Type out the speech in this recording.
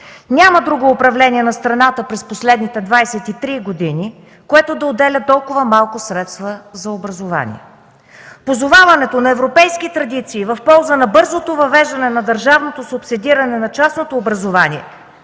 Няма друго управление на страната през последните 23 години, което да отделя толкова малко средства за образование. Позоваването на европейски традиции в полза на бързото въвеждане на държавното субсидиране на частното образование